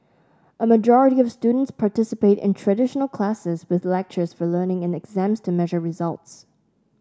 a majority of students participate in traditional classes with lectures for learning and exams to measure results